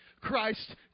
Christ